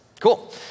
Cool